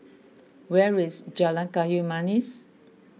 where is Jalan Kayu Manis